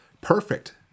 perfect